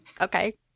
Okay